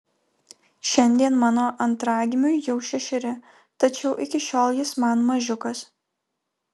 šiandien mano antragimiui jau šešeri tačiau iki šiol jis man mažiukas